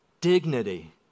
dignity